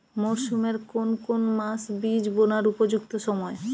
মরসুমের কোন কোন মাস বীজ বোনার উপযুক্ত সময়?